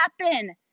happen